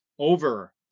Over